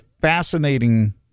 fascinating